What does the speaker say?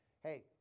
Hey